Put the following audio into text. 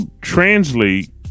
translate